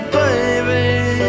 baby